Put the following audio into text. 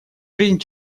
жизнь